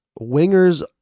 Wingers